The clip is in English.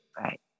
right